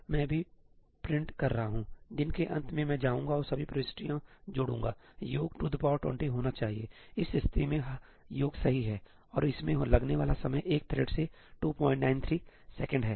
तो मैं भी प्रिंट कर रहा हूं दिन के अंत में मैं जाऊंगा और सभी प्रविष्टियां जोड़ूंगा योग 220 होना चाहिएइस स्थिति में योग सही है और इसमें लगने वाला समय एक थ्रेड् से 293 सेकंड है